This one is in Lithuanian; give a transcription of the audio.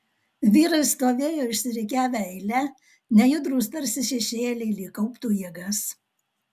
vyrai stovėjo išsirikiavę eile nejudrūs tarsi šešėliai lyg kauptų jėgas